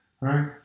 Right